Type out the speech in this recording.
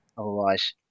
Otherwise